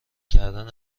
کردن